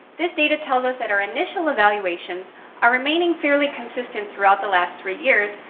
this data tells us that our initial evaluations are remaining fairly consistent throughout the last three years.